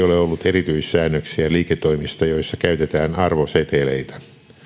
ole ollut erityissäännöksiä liiketoimista joissa käytetään arvoseteleitä